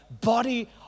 body